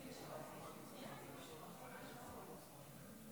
לרשותך שלוש דקות.